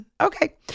okay